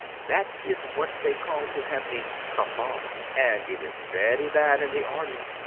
that is what they call to have the cafard. and it is very bad in the army.